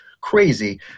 Crazy